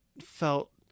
felt